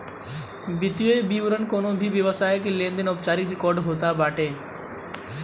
वित्तीय विवरण कवनो भी व्यवसाय के लेनदेन के औपचारिक रिकार्ड होत बाटे